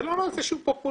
זה לא נושא שהוא פופולרי.